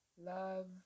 love